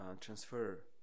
transfer